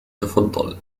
تفضّل